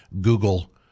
Google